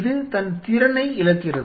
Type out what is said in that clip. இது தன் திறனை இழக்கிறது